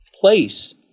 place